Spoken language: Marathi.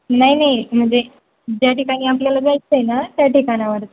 नाही नाही म्हणजे ज्या ठिकाणी आपल्याला जायचं आहे ना त्या ठिकाणावरती